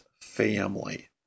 family